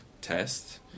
test